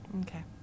Okay